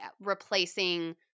replacing